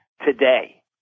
today